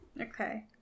Okay